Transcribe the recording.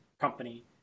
company